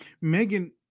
Megan